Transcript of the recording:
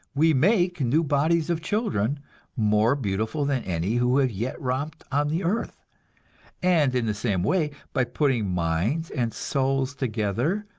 we make new bodies of children more beautiful than any who have yet romped on the earth and in the same way, by putting minds and souls together,